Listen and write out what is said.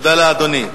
תודה, אדוני.